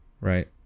right